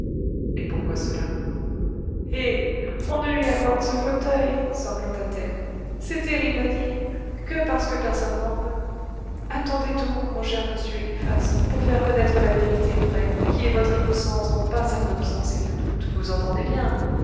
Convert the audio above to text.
et pourquoi cela eh on ne lui accorde ce fauteuil sanglota t elle c'est terrible à dire que parce que personne n'en veut attendez donc mon cher monsieur eliphas pour faire connaître la vérité vraie qui est votre innocence dont pas un homme sensé ne doute vous entendez bien